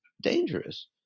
dangerous